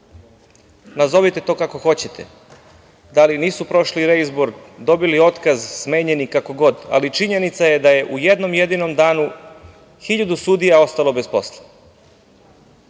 nazovite to kako hoćete, da li nisu prošli reizbor, dobili otkaz, smenjeni, kako god, ali činjenica je da je u jednom jedinom danu hiljadu sudija ostalo bez posla.